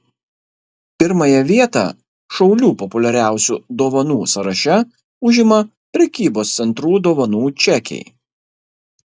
pirmąją vietą šaulių populiariausių dovanų sąraše užima prekybos centrų dovanų čekiai